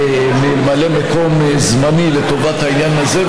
ממלא מקום זמני לטובת העניין הזה.